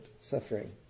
suffering